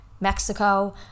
Mexico